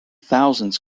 thousands